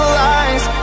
lies